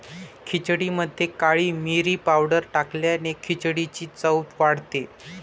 खिचडीमध्ये काळी मिरी पावडर टाकल्याने खिचडीची चव वाढते